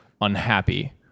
unhappy